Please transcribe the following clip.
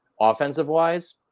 offensive-wise